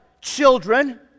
children